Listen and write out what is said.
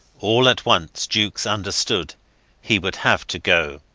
all at once jukes understood he would have to go.